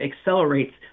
accelerates